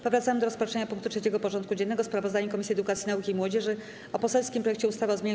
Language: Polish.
Powracamy do rozpatrzenia punktu 3. porządku dziennego: Sprawozdanie Komisji Edukacji, Nauki i Młodzieży o poselskim projekcie ustawy o zmianie